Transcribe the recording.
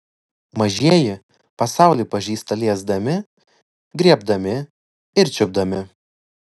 mažieji pasaulį pažįsta liesdami griebdami ir čiupdami